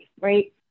Right